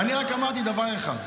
אני רק אמרתי דבר אחד,